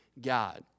God